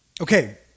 Okay